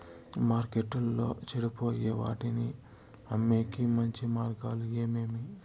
మార్కెట్టులో చెడిపోయే వాటిని అమ్మేకి మంచి మార్గాలు ఏమేమి